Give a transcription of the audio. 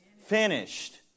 finished